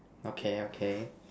okay okay